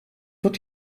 wird